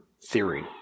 theory